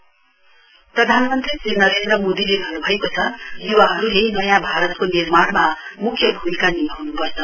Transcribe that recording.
PM प्रधानमन्त्री श्री नरेन्द्र मोदीले भन्नुभएको छ युवाहरुले नयाँ भारतको निर्माणमा मुख्य भूमिका निभाउनु पर्छ